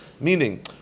Meaning